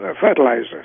fertilizers